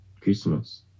Christmas